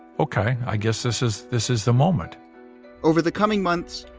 ok, i guess this is this is the moment over the coming months,